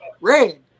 red